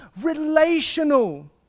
relational